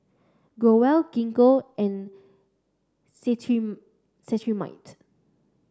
Growell Gingko and Cetrimide